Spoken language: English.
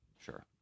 sure